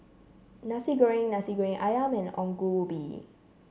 Nasi Goreng Nasi Goreng ayam and Ongol Ubi